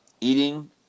eating